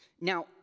Now